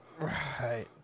Right